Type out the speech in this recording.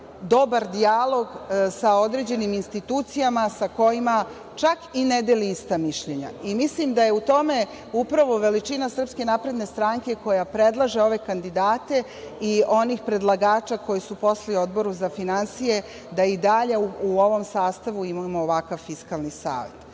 dobar dijalog sa određenim institucijama sa kojima čak i ne deli ista mišljenja i mislim da je u tome upravo veličina SNS koja predlaže ove kandidate i onih predlagača koji su poslali Odboru za finansije da i dalje u ovom sastavu imamo ovakav Fiskalni savet.